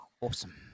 awesome